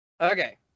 Okay